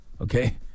Okay